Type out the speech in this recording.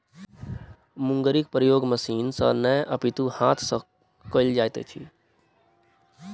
मुंगरीक प्रयोग मशीन सॅ नै अपितु हाथ सॅ कयल जाइत अछि